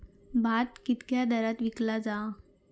भात कित्क्या दरात विकला जा?